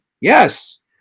Yes